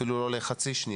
אפילו לא לחצי שנייה,